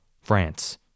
France